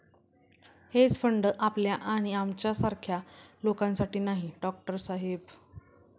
hedge fund आपल्या आणि आमच्यासारख्या लोकांसाठी नाही, डॉक्टर साहेब